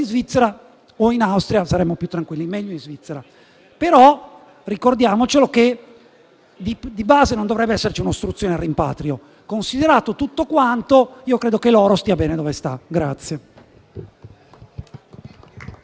o in Austria saremmo più tranquilli (meglio in Svizzera). Ricordiamo però che di base non dovrebbe esserci un'ostruzione al rimpatrio; considerato tutto quanto, io credo che l'oro stia bene dove sta.